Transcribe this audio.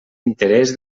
interès